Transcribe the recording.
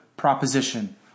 proposition